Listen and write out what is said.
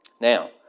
Now